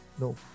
no